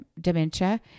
dementia